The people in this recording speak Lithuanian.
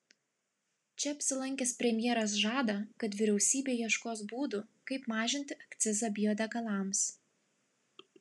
čia apsilankęs premjeras žada kad vyriausybė ieškos būdų kaip mažinti akcizą biodegalams